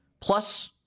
plus